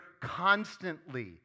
constantly